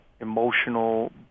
emotional